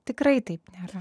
tikrai taip nėra